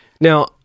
now